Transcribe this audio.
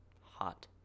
hot